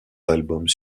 albums